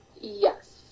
Yes